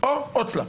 או הוצל"פ.